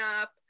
up